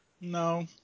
No